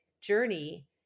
journey